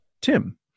Tim